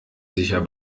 sicher